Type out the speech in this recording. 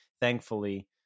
thankfully